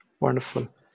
Wonderful